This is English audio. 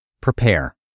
prepare